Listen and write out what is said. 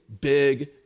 big